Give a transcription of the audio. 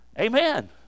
amen